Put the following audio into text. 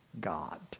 God